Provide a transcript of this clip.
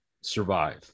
survive